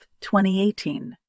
2018